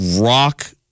rock